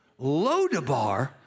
Lodabar